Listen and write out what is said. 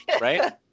right